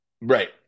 Right